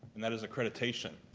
and that is accreditation.